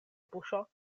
buŝo